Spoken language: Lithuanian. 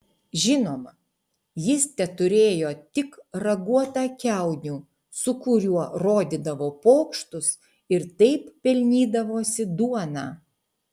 žinoma jis teturėjo tik raguotą kiaunių su kuriuo rodydavo pokštus ir taip pelnydavosi duoną